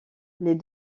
les